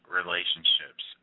relationships